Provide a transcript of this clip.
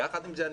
יחד עם זה,